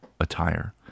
Attire